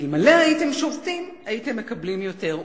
אלמלא שבתם, הייתם מקבלים יותר.